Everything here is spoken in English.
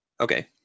Okay